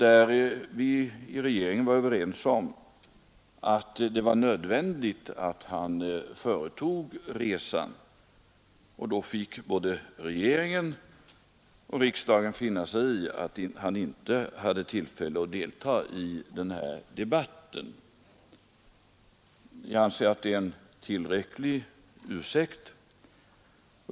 Inom regeringen var vi överens om att det var nödvändigt att han reste till Finland, och då fick både regeringen och riksdagen finna sig i att han inte hade tillfälle att delta i den här debatten. Jag anser att det är en tillräcklig ursäkt.